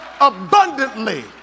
abundantly